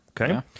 Okay